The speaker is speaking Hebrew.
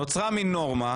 נוצרה מעין נורמה,